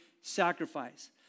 sacrifice